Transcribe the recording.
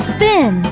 Spin